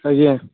ଆଜ୍ଞା